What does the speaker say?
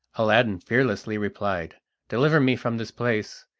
aladdin fearlessly replied deliver me from this place!